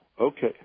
okay